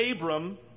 Abram